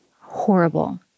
horrible